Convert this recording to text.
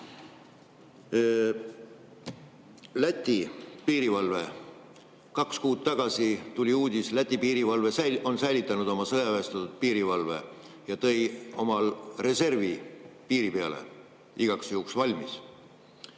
Läti piirivalve kohta kaks kuud tagasi tuli uudis, et Läti piirivalve on säilitanud oma sõjaväestatud piirivalve ja tõi oma reservi piiri peale igaks juhuks valmis.